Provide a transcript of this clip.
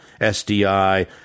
SDI